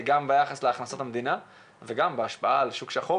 גם ביחס להכנסות המדינה וגם בהשפעה על שוק שחור,